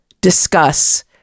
discuss